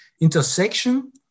intersection